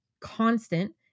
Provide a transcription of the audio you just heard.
constant